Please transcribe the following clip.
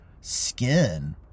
skin